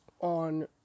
on